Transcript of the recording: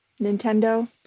Nintendo